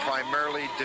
primarily